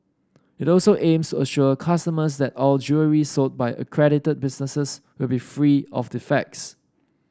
it also aims assure consumers that all jewellery sold by accredited businesses will be free of defects